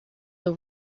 the